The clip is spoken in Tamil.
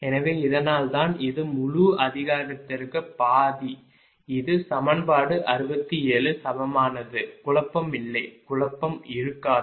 எனவே இதனால்தான் இது முழு அதிகாரத்திற்கு பாதி இது சமன்பாடு 67 சமமானது குழப்பம் இல்லை குழப்பம் இருக்காது